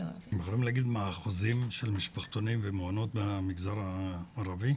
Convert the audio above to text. אתם יכולים להגיד מה האחוזים של משפחתונים ומעונות במגזר הערבי?